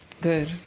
good